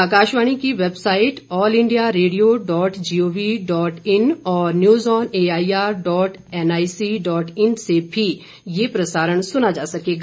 आकाशवाणी की website all India radio dot GOV dot in और news on AIR dot NIC dot in से भी यह प्रसारण सुना जा सकेगा